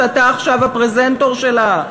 שאתה עכשיו הפרזנטור שלה?